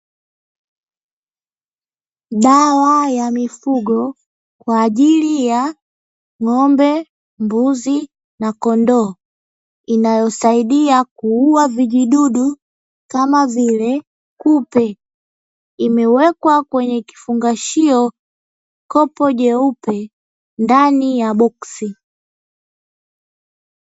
Dawa ya mifugo kwa ajili ya ng'ombe mbuzi na kondoo, inayosaidia kuua, imewekwa kwenye kifungashio kopo jeupe ndani ya boksi.